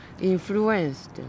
Influenced